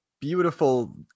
beautiful